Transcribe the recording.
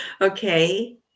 Okay